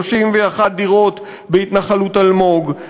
31 דירות בהתנחלות אלמוג,